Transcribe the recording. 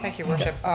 like your worship.